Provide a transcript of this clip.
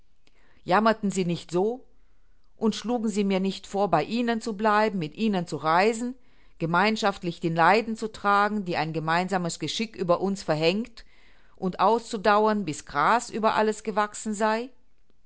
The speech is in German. jammerten sie nicht so und schlugen sie mir nicht vor bei ihnen zu bleiben mit ihnen zu reisen gemeinschaftlich die leiden zu tragen die ein gemeinsames geschick über uns verhängt und auszudauern bis gras über alles gewachsen sei